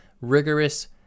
rigorous